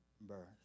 birth